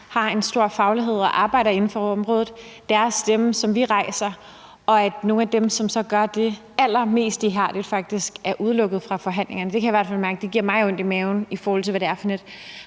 har en stor faglighed og arbejder inden for området og også gør det allermest ihærdigt, der faktisk er udelukket fra forhandlingerne. Det kan jeg i hvert fald mærke giver mig ondt i maven, i forhold til hvad det er for et